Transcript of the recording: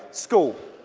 school.